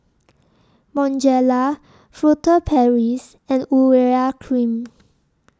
Bonjela Furtere Paris and Urea Cream